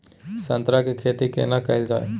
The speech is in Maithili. संतरा के खेती केना कैल जाय?